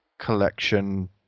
collection